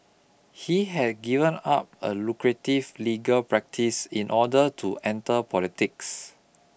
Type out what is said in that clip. he had given up a lucrative legal practice in order to enter politics